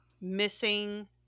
missing